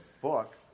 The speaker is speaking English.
book